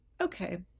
okay